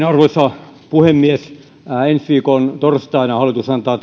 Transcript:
arvoisa puhemies ensi viikon torstaina hallitus antaa